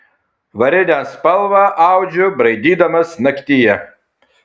varinę spalvą audžiu braidydamas naktyje